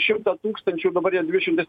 šimtą tūkstančių dabar jie dvidešimtais